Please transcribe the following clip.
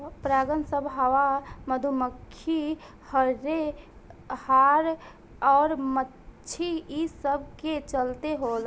परागन सभ हवा, मधुमखी, हर्रे, हाड़ अउर माछी ई सब के चलते होला